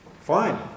fine